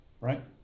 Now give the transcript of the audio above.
right